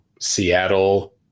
seattle